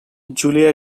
julia